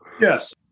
Yes